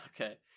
Okay